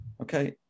okay